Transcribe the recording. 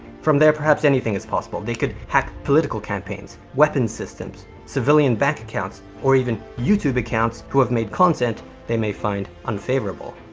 from there, perhaps, anything is possible. they could hack political campaigns, weapons systems, civilian bank accounts, or even youtube accounts who have made content they may find unfavorable.